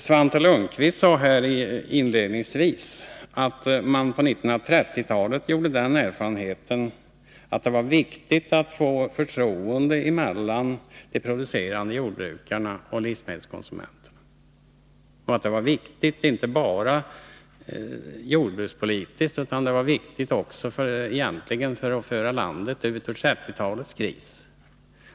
Svante Lundkvist sade i ett tidigare anförande att man på 1930-talet gjorde den erfarenheten att det var viktigt att skapa ett förtroende mellan de producerande jordbrukarna och livsmedelskonsumenterna. Det var viktigt inte bara jordbrukspolitiskt utan också när det gällde att föra landet ut ur 1930-talets kris.